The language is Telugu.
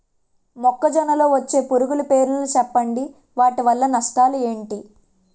మొక్కజొన్న లో వచ్చే పురుగుల పేర్లను చెప్పండి? వాటి వల్ల నష్టాలు ఎంటి?